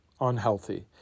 unhealthy